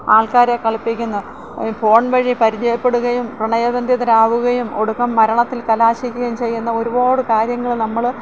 ആൾക്കാരെ കളിപ്പിക്കുന്ന് ഫോൺ വഴി പരിചയപ്പെടുകയും പ്രണയബന്ധിതരാവുകയും ഒടുക്കം മരണത്തിൽ കലാശിക്കുകയും ചെയ്യുന്ന ഒരുപാട് കാര്യങ്ങൾ നമ്മൾ